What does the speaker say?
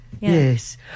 yes